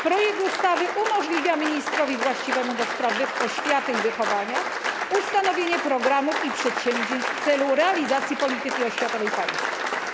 Projekt umożliwia ministrowi właściwemu do spraw oświaty i wychowania ustanowienie programów i przedsięwzięć w celu realizacji polityki oświatowej państwa.